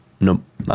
Nope